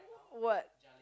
what